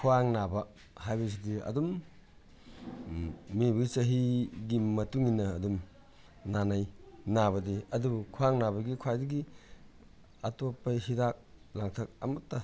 ꯈ꯭ꯋꯥꯡ ꯅꯥꯕ ꯍꯥꯏꯕꯁꯤꯗꯤ ꯑꯗꯨꯝ ꯃꯤꯑꯣꯏꯕꯒꯤ ꯆꯍꯤꯒꯤ ꯃꯇꯨꯡ ꯏꯟꯅ ꯑꯗꯨꯝ ꯅꯥꯅꯩ ꯅꯥꯕꯗꯤ ꯑꯗꯨꯕꯨ ꯈ꯭ꯋꯥꯡ ꯅꯥꯕꯒꯤ ꯈ꯭ꯋꯥꯏꯗꯒꯤ ꯑꯇꯣꯞꯄ ꯍꯤꯗꯥꯛ ꯂꯥꯡꯊꯛ ꯑꯃꯇ